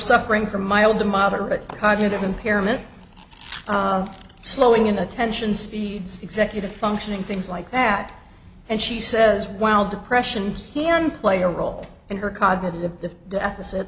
suffering from mild to moderate cognitive impairment slowing inattention speeds executive functioning things like that and she says while depression can play a role in her cognitive the deficit